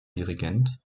dirigent